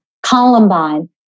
Columbine